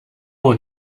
und